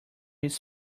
his